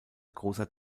großer